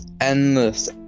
endless